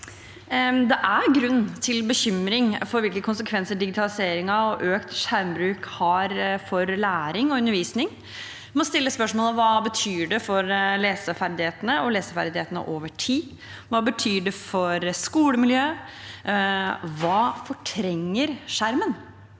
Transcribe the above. Det er grunn til bekymring for hvilke konsekvenser digitaliseringen og økt skjermbruk har for læring og undervisning. Vi må stille spørsmålene: Hva betyr det for leseferdighetene og leseferdighetene over tid? Hva betyr det for skolemiljøet? Hva fortrenger skjermen?